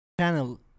Channel